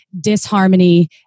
disharmony